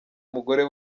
umugore